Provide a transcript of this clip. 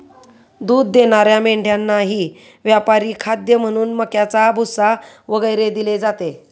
दूध देणाऱ्या मेंढ्यांनाही व्यापारी खाद्य म्हणून मक्याचा भुसा वगैरे दिले जाते